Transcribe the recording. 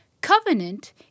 Covenant